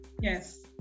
yes